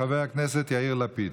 של חבר הכנסת יאיר לפיד.